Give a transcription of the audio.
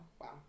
Wow